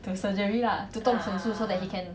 the surgery lah to 动手术 so that he can